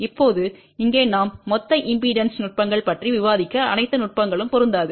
இப்போது இங்கே நாம் மொத்த இம்பெடன்ஸ் நுட்பங்கள் பற்றி விவாதித்த அனைத்து நுட்பங்களும் பொருந்தாது